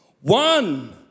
One